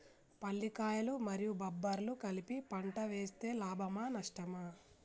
పల్లికాయలు మరియు బబ్బర్లు కలిపి పంట వేస్తే లాభమా? నష్టమా?